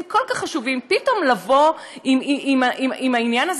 כל כך חשובים פתאום לבוא עם העניין הזה,